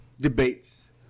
debates